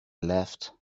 left